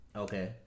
Okay